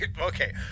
Okay